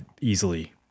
easily